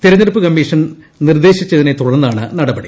തെരഞ്ഞെടുപ്പ് കമ്മീഷൻ നിർദ്ദേശിച്ചതിനെ തുടർന്നാണ് നടപടി